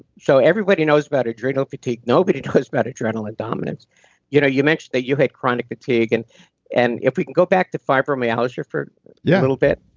so everybody knows about adrenal fatigue, nobody knows about adrenaline dominance you know you mentioned that you had chronic fatigue, and and if we can go back to fibromyalgia for a yeah little bit.